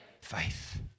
faith